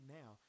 now